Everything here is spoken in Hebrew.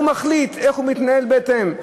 הוא מחליט איך הוא מתנהל בהתאם.